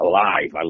Alive